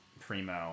primo